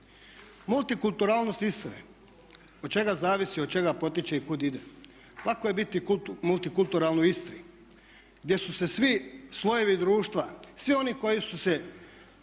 multikulturalnost Istre, od čega zavisi, od čega potiče i kuda ide? Lako je biti multikulturalan u Istri gdje su se svi slojevi društva, svi oni koji su se